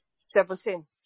seventeen